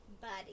Buddy